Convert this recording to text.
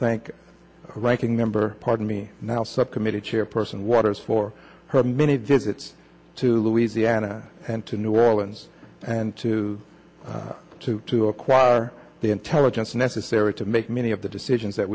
thank ranking member pardon me now subcommittee chairperson waters for her many digits to louisiana and to new orleans and to to to acquire the intelligence necessary to make many of the decisions that